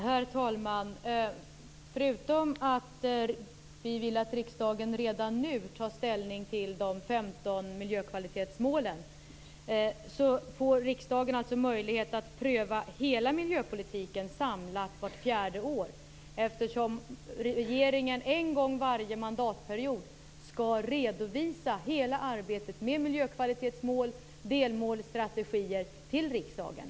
Herr talman! Förutom att vi vill att riksdagen redan nu tar ställning till de 15 miljökvalitetsmålen får riksdagen alltså möjlighet att samlat pröva hela miljöpolitiken vart fjärde år. Regeringen skall en gång varje mandatperiod redovisa hela arbetet med miljökvalitetsmål och delmålsstrategier till riksdagen.